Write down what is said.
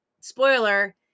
spoiler